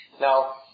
Now